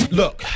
look